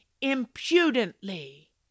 impudently